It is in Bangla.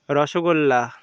রসগোল্লা